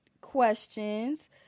questions